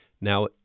Now